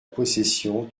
possession